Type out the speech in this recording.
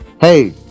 Hey